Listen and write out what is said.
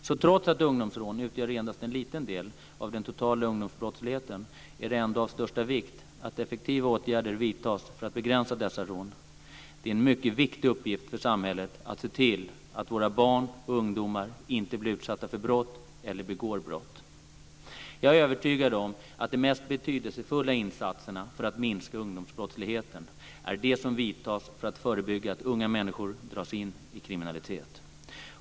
Så trots att ungdomsrån utgör endast en liten del av den totala ungdomsbrottsligheten är det ändå av största vikt att effektiva åtgärder vidtas för att begränsa dessa rån. Det är en mycket viktig uppgift för samhället att se till att våra barn och ungdomar inte blir utsatta för brott eller begår brott. Jag är övertygad om att de mest betydelsefulla insatserna för att minska ungdomsbrottsligheten är de som vidtas för att förebygga att unga människor dras in i kriminalitet.